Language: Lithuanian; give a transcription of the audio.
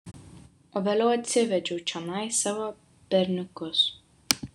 o vėliau atsivedžiau čionai savo berniukus